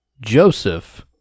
Joseph